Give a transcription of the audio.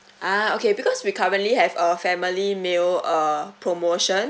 ah okay because we currently have a family meal uh promotion